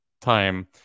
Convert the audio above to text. time